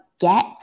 get